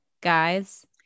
guys